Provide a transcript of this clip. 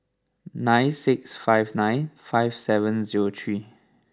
nine six five nine five seven zero three